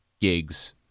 gigs